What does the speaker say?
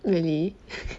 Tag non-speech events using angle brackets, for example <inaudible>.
really <laughs>